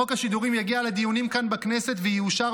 חוק השידורים יגיע לדיונים כאן בכנסת ויאושר,